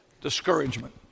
discouragement